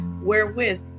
wherewith